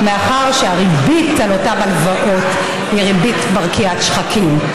מאחר שהריבית על אותן הלוואות היא ריבית מרקיעת שחקים,